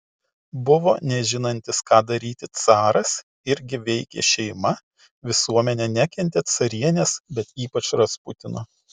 buvo nežinantis ką daryti caras irgi veikė šeima visuomenė nekentė carienės bet ypač rasputino